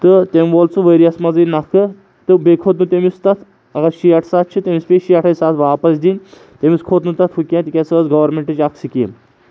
تہٕ تٔمۍ وول سُہ ؤریَس منٛزٕے نَکھہٕ تہٕ بیٚیہِ کھوٚت نہٕ تٔمِس تَتھ اگر شیٹھ ساس چھِ تٔمِس پیٚیہِ شیٹھٕے ساس واپَس دِنۍ تٔمِس کھوٚت نہٕ تَتھ ہُہ کینٛہہ تِکیازِ سۄ ٲس گورمینٹٕچ اَکھ سِکیٖم